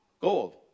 gold